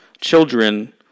children